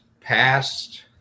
passed